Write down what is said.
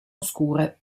oscure